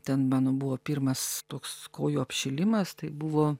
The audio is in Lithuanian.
ten mano buvo pirmas toks kojų apšilimas tai buvo